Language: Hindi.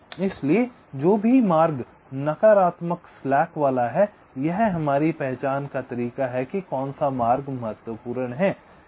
इसलिए जो भी मार्ग नकारात्मक स्लैक वाला है यह हमारी पहचान का तरीका है कि कौन सा मार्ग महत्वपूर्ण है